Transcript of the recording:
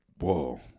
Whoa